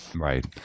right